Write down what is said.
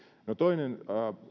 no toinen